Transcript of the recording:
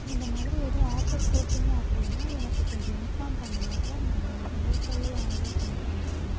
இந்த மாதிரி எதுவும் ஆஃபர் போட்டிங்க அப்படின்னா எனக்கு கொஞ்சம் இன்ஃபார்ம் பண்ணுங்கள் சார் நாங்கள் உங்கள் ஹோட்டல்லேயே ஆர்டர் பண்ணிக்கிறோம் சார்